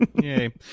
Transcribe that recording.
Yay